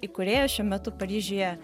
įkūrėja šiuo metu paryžiuje